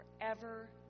forever